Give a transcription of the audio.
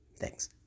Thanks